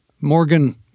Morgan